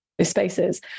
Spaces